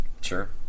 sure